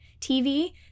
TV